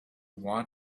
want